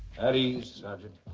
at ease, sergeant.